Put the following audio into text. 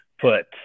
put